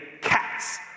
cats